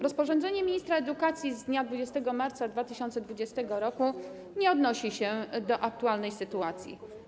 Rozporządzenie ministra edukacji z dnia 20 marca 2020 r. nie odnosi się do aktualnej sytuacji.